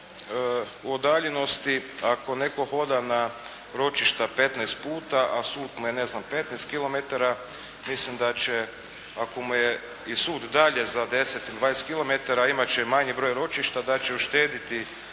o udaljenosti, ako netko hoda na ročišta 15 puta, sud mu je ne znam 15 km, mislim da će ako mu je i sud dalje za 10 ili 20 km imat će manji broj ročišta, da će uštediti